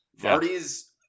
Vardy's